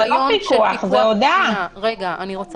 אנחנו גם בהמשך לדיונים